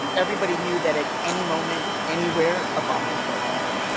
everybody knew that at any moment, anywhere, a bomb could go off